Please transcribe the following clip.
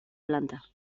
planta